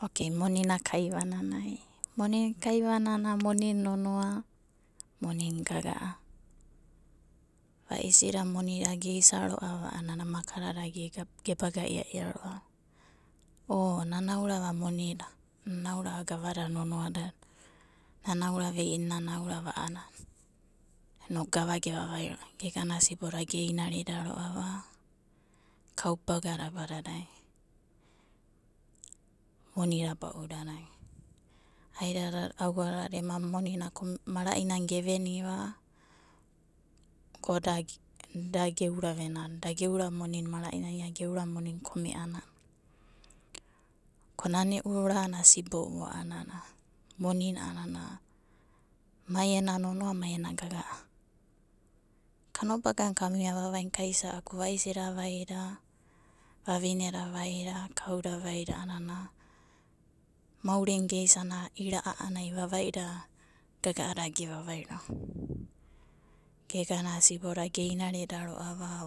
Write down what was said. Monina kaivananai monina nonoa, monina gaga'a. Vaisida monida geisa ro'ava a'anana makadada gebaga iaia ro'ava. O nana aurava monina, a'a gavada nonoa dada nana aura ei'inana, nana aurava a'aenana inoku gava gevavai ro'ava. A'ada sibo da geinarida ro'ava kaubagada abadadai monida ba'udadai, aidadada auadada ema monina mara'inana geveniva ko da geuravenava monina mara'inana iada geurava monina kome'anana. Ko nana e'urana sibo'u a'anana mai ena nonoa mai ena gaga'a. Kanobagana kamiava vavaina kaisa'aku ko vaisi da vaida, vavineda vaida, kauda vaida a'anana maurina geisanava ira'a a'anai vavaida gaga'adada gevavai gegana siboda geinarida ro'ava.